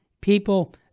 people